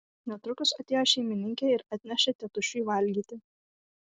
netrukus atėjo šeimininkė ir atnešė tėtušiui valgyti